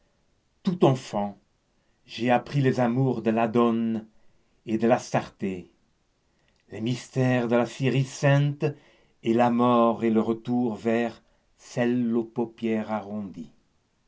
toute enfant j'ai appris les amours de l'adôn et de l'astarté les mystères de la syrie sainte et la mort et le retour vers